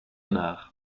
nach